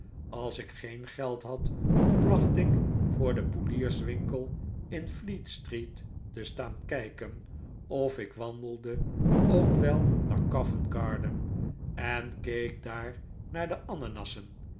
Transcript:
als ik geen geld had placht ik voor den poelierswinkel in fleetstreet te staan kijken of ik wandelde ook wel naar covent garden en keek daar naar de ananassen